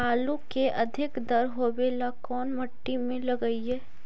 आलू के अधिक दर होवे ला कोन मट्टी में लगीईऐ?